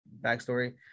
backstory